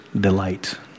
delight